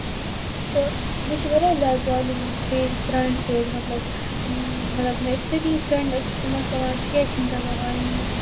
تہٕ مےٚ چھِ واریاہ زیادٕ پرابلِم گٔمٕژ فیس سرانٹھ سۭتۍ مطلب مطلب مےٚ ٲسۍ سۭتی فرینڈ ٲسۍ تِم ٲسۍ دَپان ژےٚ کیازِ چھی نہٕ تَگان وایِنۍ مطلب